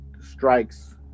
strikes